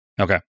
Okay